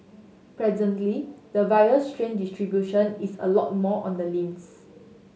presently the virus strain distribution is a lot more on the limbs